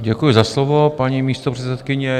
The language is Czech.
Děkuji za slovo, paní místopředsedkyně.